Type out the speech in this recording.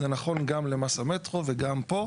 זה נכון גם למס המטרו וגם פה,